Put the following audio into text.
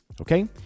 Okay